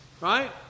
right